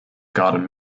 garden